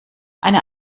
eine